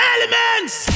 Elements